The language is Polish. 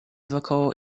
wokoło